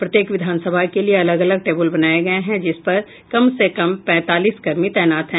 प्रत्येक विधान सभा के लिए अलग अलग टेब्रल बनाये गये हैं जिस पर कम से कम पैंतालीस कर्मी तैनात हैं